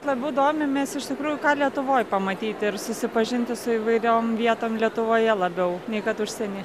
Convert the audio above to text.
labiau domimės iš tikrųjų ką lietuvoj pamatyti ir susipažinti su įvairiom vietom lietuvoje labiau nei kad užsieny